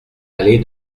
allée